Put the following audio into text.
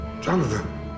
Jonathan